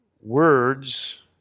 Words